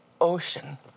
ocean